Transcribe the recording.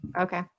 Okay